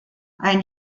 ein